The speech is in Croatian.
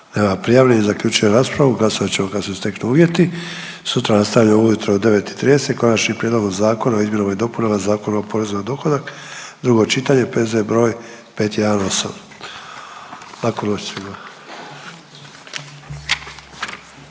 nema prijavljenih, zaključujem raspravu, glasovat ćemo kad se steknu uvjeti. Sutra nastavljamo ujutro u 9 i 30 Konačnim prijedlogom zakona o izmjenama i dopunama Zakona o porezu na dohodak, drugo čitanje, P.Z. br. 518.. Laku noć svima.